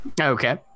Okay